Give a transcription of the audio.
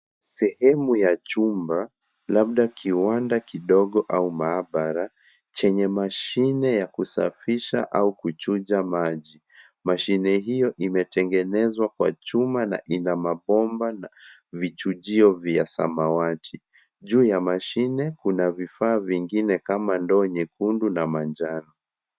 Sehemu ya chuma labda kiwanda kidogo au maabara chenye mashine ya kusafisha au kuchuja maji. Mashine hiyo imetengenezwa kwa chuma na ina mabomba na vichujio vya samawati. Juu ya mashine kuna vifaa vingine kama ndoo nyekundu na manjano.